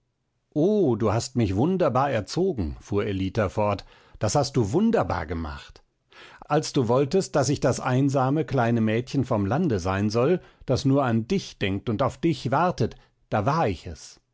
oh du hast mich wunderbar erzogen fuhr ellita fort das hast du wunderbar gemacht als du wolltest daß ich das einsame kleine mädchen vom lande sein soll das nur an dich denkt und auf dich wartet da war ich es